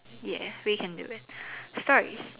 ya we can do it stories